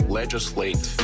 legislate